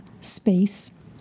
space